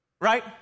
Right